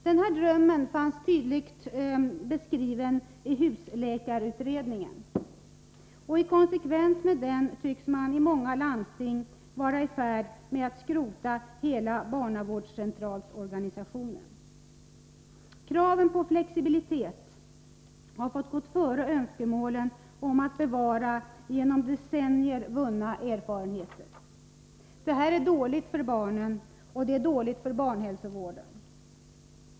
Denna dröm finns tydligt beskriven i husläkarutredningen. I konsekvens med denna tycks man i många landsting vara i färd med att skrota hela barnavårdscentralsorganisationen. Kraven på flexibilitet har fått gå före önskemålen om ett tillvaratagande av under decennier vunna erfarenheter. Detta är dåligt för både barnen och barnhälsovården.